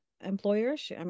Employers